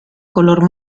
color